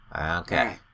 okay